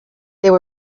there